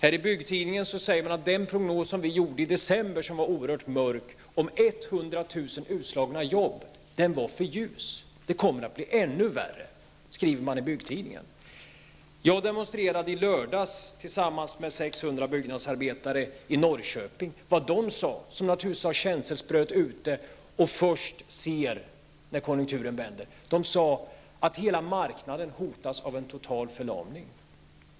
I Byggtidningen skriver man: Den prognos vi gjorde i december och som var oerhört mörk, om 100 000 utslagna jobb, var för ljus. Det kommer att bli ännu värre. Jag demonstrerade i lördags tillsammans med 600 byggnadsarbetare i Norrköping. De, som naturligtivs har känselspröt ute och först ser när konjunkturen vänder, sade att hela marknaden hotas av en total förlamning.